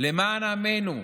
למען עמנו,